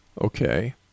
Okay